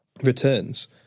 Returns